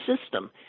system